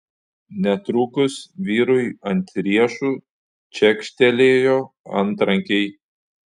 netrukus vyrui ant riešų čekštelėjo antrankiai